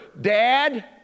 dad